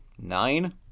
Nine